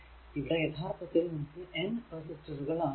ഇവിടെ യഥാർത്ഥത്തിൽ നമുക്ക് N റെസിസ്റ്ററുകൾ ആണുള്ളത്